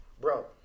bro